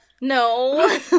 No